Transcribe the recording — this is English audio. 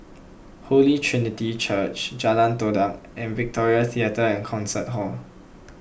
Holy Trinity Church Jalan Todak and Victoria theatre and Concert Hall